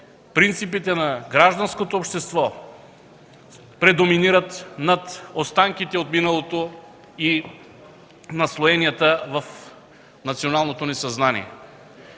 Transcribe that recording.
принципите на гражданското общество предоминират над останките от миналото и наслоенията в националното ни съзнание.